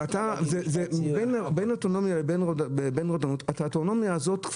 אין אוטונומיה לרודנות האוטונומיה הזאת היא